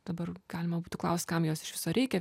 dabar galima būtų klaust kam jos iš viso reikia